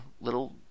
little